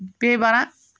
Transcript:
بیٚیہِ بَران